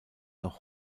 noch